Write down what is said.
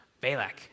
Balak